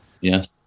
Yes